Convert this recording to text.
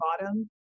bottom